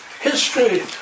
History